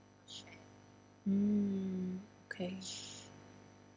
mm okay